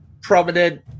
prominent